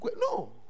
No